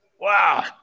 Wow